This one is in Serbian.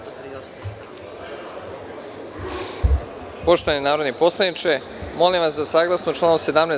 Poštovani narodni poslaniče molim vas da saglasno članu 17.